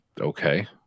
Okay